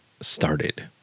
started